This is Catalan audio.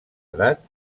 edat